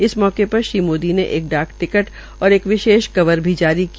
इस अवसर पर श्री मोदी ने एक डाक टिक्ट और विशेष कवर भी जारी किया